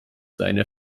seine